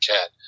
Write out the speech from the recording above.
Cat